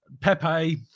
Pepe